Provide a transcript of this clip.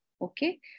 okay